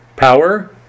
Power